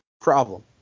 problem